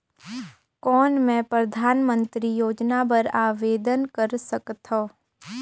कौन मैं परधानमंतरी योजना बर आवेदन कर सकथव?